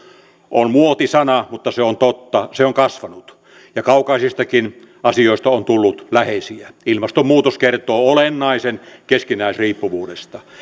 on muotisana mutta se on totta se on kasvanut ja kaukaisistakin asioista on tullut läheisiä ilmastonmuutos kertoo olennaisen keskinäisriippuvuudesta